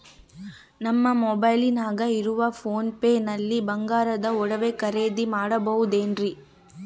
ನಮ್ಮ ಮೊಬೈಲಿನಾಗ ಇರುವ ಪೋನ್ ಪೇ ನಲ್ಲಿ ಬಂಗಾರದ ಒಡವೆ ಖರೇದಿ ಮಾಡಬಹುದೇನ್ರಿ?